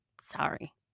sorry